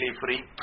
free